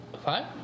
Five